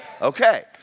Okay